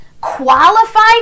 qualified